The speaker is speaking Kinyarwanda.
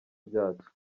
byacu